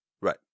Right